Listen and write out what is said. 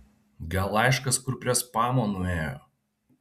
gal laiškas kur prie spamo nuėjo